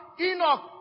Enoch